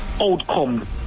outcome